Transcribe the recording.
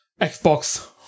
Xbox